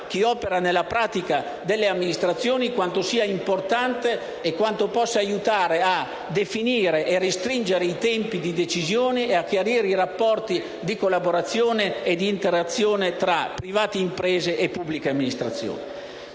chi opera nella pratica delle amministrazioni sa quanto ciò sia importante e quanto possa aiutare a definire e a restringere i tempi di decisione e a chiarire i rapporti di collaborazione e di interazione tra privati e imprese e pubblica amministrazione.